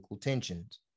tensions